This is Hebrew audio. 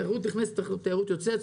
תיירות נכנסת ותיירות יוצאת,